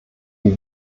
die